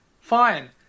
Fine